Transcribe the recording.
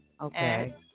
Okay